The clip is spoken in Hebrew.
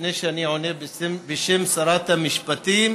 לפני שאני עונה בשם שרת המשפטים,